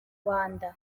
rwanda